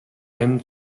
амь